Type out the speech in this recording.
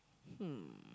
hmm